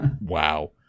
Wow